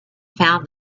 found